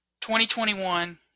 2021